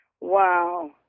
Wow